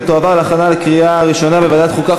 ותועבר להכנה לקריאה ראשונה בוועדת החוקה,